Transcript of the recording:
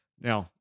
Now